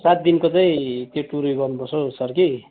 सातदिनको चाहिँ त्यो टुर उयो गर्नुपर्छ हौ सर कि